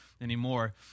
anymore